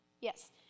Yes